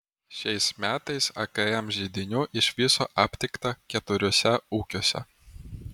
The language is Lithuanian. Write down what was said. šiais metais akm židinių iš viso aptikta keturiuose ūkiuose